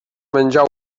menjà